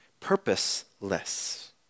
purposeless